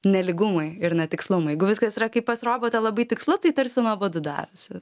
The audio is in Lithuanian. nelygumai ir netikslumai jeigu viskas yra kaip pas robotą labai tikslu tai tarsi nuobodu darosi